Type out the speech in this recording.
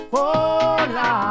Hola